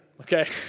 okay